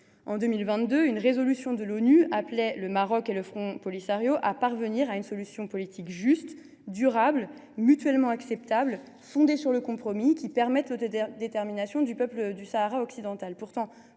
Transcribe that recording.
En 2022, une résolution de l’ONU appelait le Maroc et le Front Polisario à « parvenir à une solution politique juste, durable et mutuellement acceptable, fondée sur le compromis, qui permette l’autodétermination du peuple du Sahara occidental